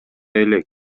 элек